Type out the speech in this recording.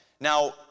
Now